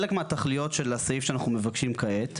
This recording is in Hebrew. חלק מהתכליות של הסעיף שאנחנו מבקשים כעת,